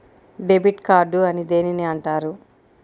Debit card అని దేనిని అంటారు?